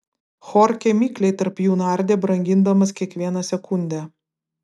chorchė mikliai tarp jų nardė brangindamas kiekvieną sekundę